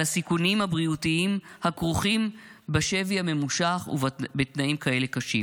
הסיכונים הבריאותיים הכרוכים בשבי הממושך בתנאים כאלה קשים,